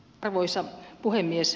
arvoisa puhemies